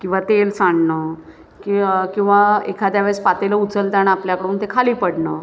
किंवा तेल सांडणं किवा किंवा एखाद्या वेळेस पातेलं उचलताना आपल्याकडून ते खाली पडणं